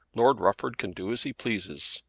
lord rufford can do as he pleases.